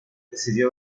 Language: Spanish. decidió